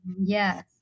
Yes